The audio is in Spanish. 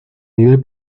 nivel